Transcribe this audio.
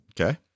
Okay